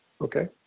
Okay